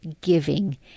giving